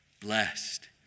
blessed